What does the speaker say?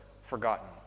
forgotten